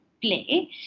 play